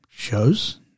Shows